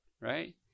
right